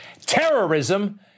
Terrorism